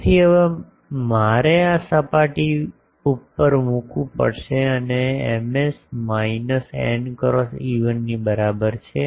તેથી હવે મારે આ સપાટી ઉપર મૂકવું પડશે અને Ms minus n cross E1 ની બરાબર છે